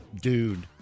dude